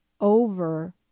over